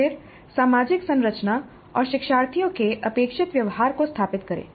फिर सामाजिक संरचना और शिक्षार्थियों के अपेक्षित व्यवहार को स्थापित करें